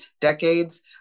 decades